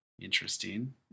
interesting